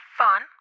fun